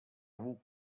walked